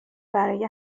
برای